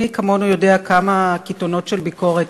מי כמונו יודע כמה קיתונות של ביקורת